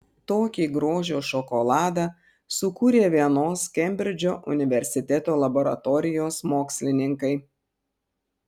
tokį grožio šokoladą sukūrė vienos kembridžo universiteto laboratorijos mokslininkai